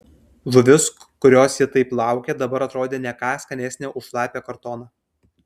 žuvis kurios ji taip laukė dabar atrodė ne ką skanesnė už šlapią kartoną